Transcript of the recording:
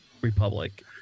Republic